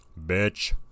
Bitch